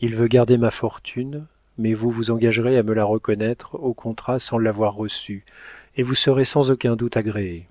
il veut garder ma fortune mais vous vous engagerez à me la reconnaître au contrat sans l'avoir reçue et vous serez sans aucun doute agréé